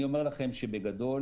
אני אומר לכם שבגדול,